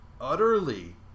utterly